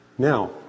Now